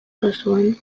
kasuan